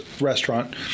restaurant